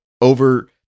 over